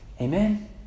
Amen